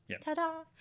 Ta-da